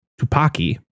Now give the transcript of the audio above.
Tupaki